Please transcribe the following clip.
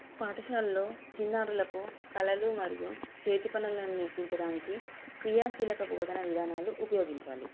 పాఠశాలల్లో చిన్నారులకు కళలు మరియు చేతి పనులను నేర్పించడానికి క్రియాశీలక బోధన విధానాలు ఉపయోగించాలి